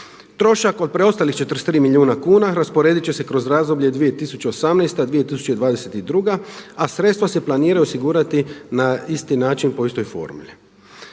Trošak od preostalih 43 milijuna kuna rasporedit će se kroz razdoblje 2018./2022. a sredstva se planiraju osigurati na isti način po istoj formuli.